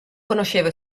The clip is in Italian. conoscevo